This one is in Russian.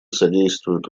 содействуют